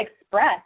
express